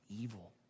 evil